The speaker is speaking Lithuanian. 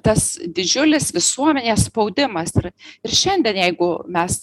tas didžiulis visuomenės spaudimas ir ir šiandien jeigu mes